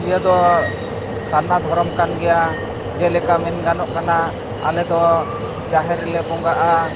ᱤᱭᱟᱹ ᱫᱚ ᱥᱟᱨᱱᱟ ᱫᱷᱚᱨᱚᱢ ᱠᱟᱱ ᱜᱮᱭᱟ ᱡᱮᱞᱮᱠᱟ ᱢᱮᱱ ᱜᱟᱱᱚᱜ ᱠᱟᱱᱟ ᱟᱞᱮ ᱫᱚ ᱡᱟᱦᱮᱨ ᱨᱮᱞᱮ ᱵᱚᱸᱜᱟᱜᱼᱟ